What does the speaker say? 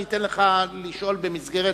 אני אתן לך לשאול במסגרת,